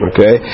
Okay